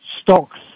stocks